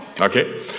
Okay